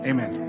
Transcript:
Amen